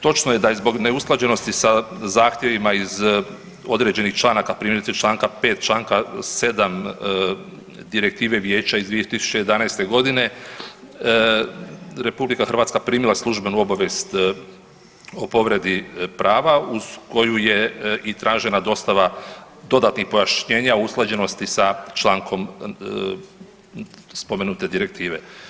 Točno je da je zbog neusklađenosti sa zahtjevima iz određenih članaka, primjerice čl. 5, čl. 7 direktive Vijeća iz 2011. g., RH primila službenu obavijest o povredi prava uz koju je i tražena dostava dodatnih pojašnjenja usklađenosti sa člankom spomenute direktive.